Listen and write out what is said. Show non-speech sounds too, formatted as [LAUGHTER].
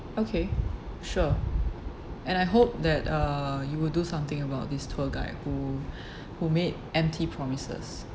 okay sure and I hope that uh you will do something about this tour guide who [BREATH] who made empty promises